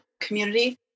community